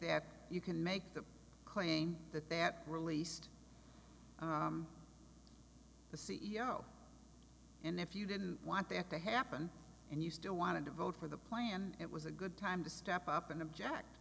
that you can make that claim that that released the c e o and if you didn't want that to happen and you still want to vote for the plan it was a good time to step up and object